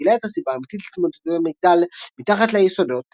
הוא גילה את הסיבה האמיתית להתמוטטויות המגדל מתחת ליסודות